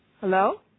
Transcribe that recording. Hello